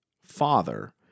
father